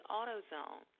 AutoZone